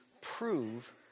prove